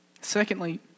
Secondly